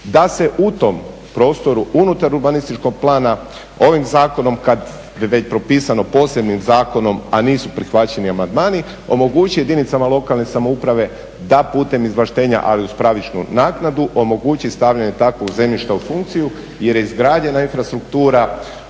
da se u tom prostoru unutar urbanističkog plana ovim zakonom kada je već propisano posebnim zakonom, a nisu prihvaćeni amandmani omogući jedinice lokalne samouprave da putem izvlaštenja ali uz pravičnu naknadu omogući stavljanje takvog zemljišta u funkciju jer je izgrađena infrastruktura